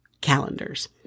calendars